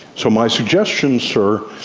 so my suggestion, sir,